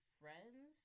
friends